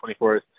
24th